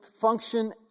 function